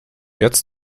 jetzt